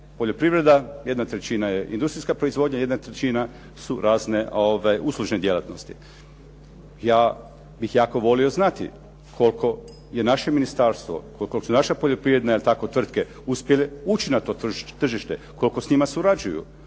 poljoprivreda, jedna trećina je industrijska proizvodnja, jedna trećina su razne uslužne djelatnosti. Ja bih jako volio znati koliko je naše ministarstvo, koliko su naše poljoprivredne tvrtke uspjele ući na to tržište, koliko s njima suradnju,